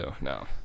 No